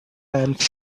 times